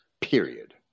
period